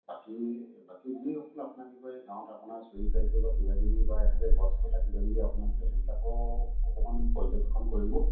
বাকী বাকী যিসকল আপোনাক কি কয় গাঁৱত আপোনাৰ চুৰি কাৰ্য বা কিবা কিবি বা এনেকে গছ কটা কিবা কিবি আপোনালোকে সেইবিলাকো অকণমান পৰ্যবেক্ষন কৰিব